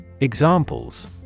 Examples